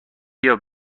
بیا